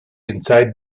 inside